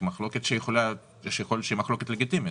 מחלוקת שיכול להיות שהיא מחלוקת לגיטימית.